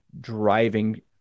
driving